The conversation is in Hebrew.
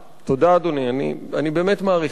תודה, אדוני, אני באמת מעריך את זה.